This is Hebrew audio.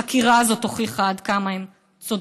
החקירה הזאת הוכיחה עד כמה הם צודקים,